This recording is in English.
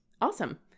Awesome